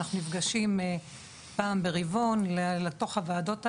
אנחנו נפגשים פעם ברבעון לתוך הוועדות האלה,